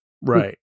Right